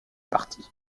parti